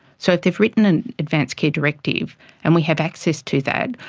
so if they've written an advance care directive and we have access to that,